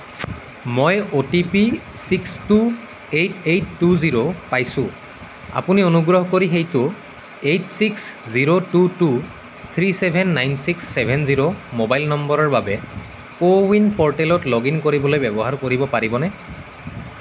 মই O T P six two eight eight two zero পাইছোঁ আপুনি অনুগ্ৰহ কৰি সেইটো eight six zero two two three seven nine six seven zero mobile নম্বৰৰ বাবে কো ৱিন প'ৰ্টেলত লগ ইন কৰিবলৈ ব্যৱহাৰ কৰিব পাৰিবনে